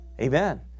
Amen